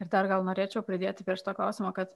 ir dar gal norėčiau pridėti prie šito klausimo kad